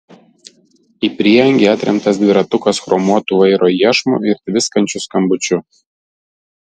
į prieangį atremtas dviratukas chromuotu vairo iešmu ir tviskančiu skambučiu